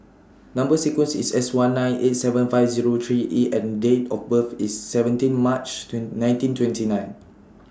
Number sequence IS S one nine eight seven five Zero three E and Date of birth IS seventeen March nineteen twenty nine